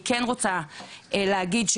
אז כן חשוב לי להגיד,